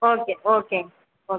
okay ஓகேங்க okay